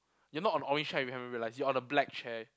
you're not on orange chair you haven't realise you are the black chair